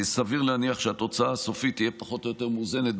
סביר להניח שהתוצאה הסופית תהיה פחות או יותר מאוזנת,